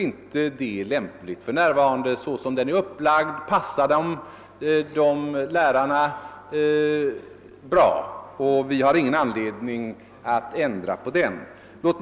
Så som kurserna är upplagda passar de lärarna bra, och vi har ingen anledning att ändra på detta.